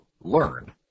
Learn